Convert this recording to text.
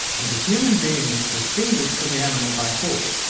and the human being is distinguished from the animal by thought.